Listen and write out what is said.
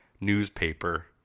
newspaper